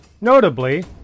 Notably